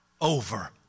over